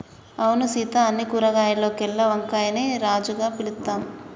అవును సీత అన్ని కూరగాయాల్లోకెల్లా వంకాయని రాజుగా పిలుత్తాం